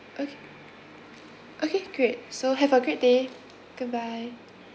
okay okay great so have a great day goodbye